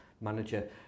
manager